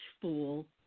fool